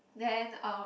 then uh